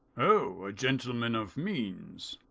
oh! a gentleman of means.